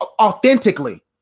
authentically